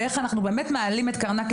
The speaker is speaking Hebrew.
ואיך אנחנו באמת מעלים את קרנה,